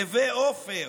נווה עופר,